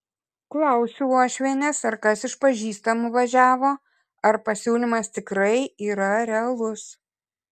klausiu uošvienės ar kas iš pažįstamų važiavo ar pasiūlymas tikrai yra realus